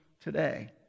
today